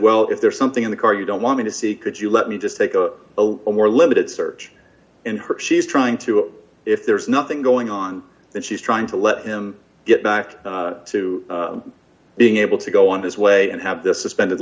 well if there is something in the car you don't want to see could you let me just take a more limited search in her she's trying to if there's nothing going on and she's trying to let him get back to being able to go on his way and have this suspended